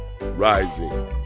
Rising